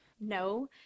No